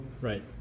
Right